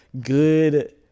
good